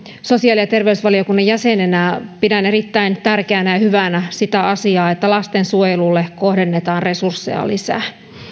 sosiaali ja terveysvaliokunnan jäsenenä pidän erittäin tärkeänä ja hyvänä sitä asiaa että lastensuojelulle kohdennetaan resursseja lisää